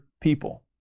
people